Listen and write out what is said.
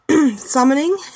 Summoning